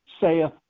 saith